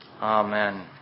Amen